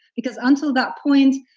because until that point,